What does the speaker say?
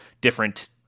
different